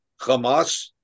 Hamas